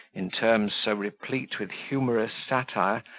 in terms so replete with humorous satire,